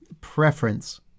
preference